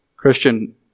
Christian